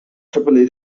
triple